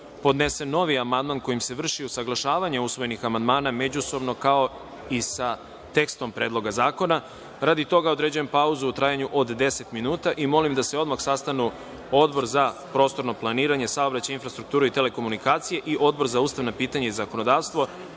podnese novi amandman kojim se vrši usaglašavanje usvojenih amandmana međusobno kao i sa tekstom Predloga zakona. Radi toga određujem pauzu u trajanju od deset minuta i molim da se odmah sastanu Odbor za prostorno planiranje, saobraćaj, infrastrukturu i telekomunikacije i Odbor za ustavna pitanja i zakonodavstvo